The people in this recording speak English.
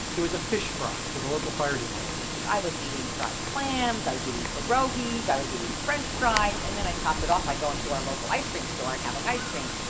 it was a fish fry for the local fire department i was eating fried clams. i was eating perogies. i was eating french fries. and then i topped it off by going to our local ice cream store and having ice cream.